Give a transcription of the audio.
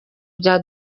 bya